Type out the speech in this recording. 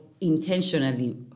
intentionally